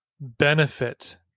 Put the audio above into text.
benefit